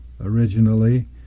originally